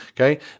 okay